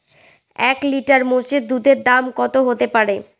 এক লিটার মোষের দুধের দাম কত হতেপারে?